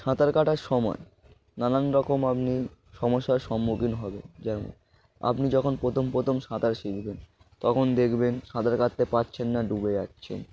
সাঁতার কাটার সময় নানান রকম আপনি সমস্যার সম্মুখীন হবেন যেমন আপনি যখন প্রথম প্রথম সাঁতার শিখবেন তখন দেখবেন সাঁতার কাটতে পারছেন না ডুবে যাচ্ছেন